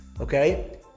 Okay